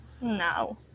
No